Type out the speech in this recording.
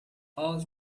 all